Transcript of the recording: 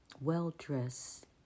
well-dressed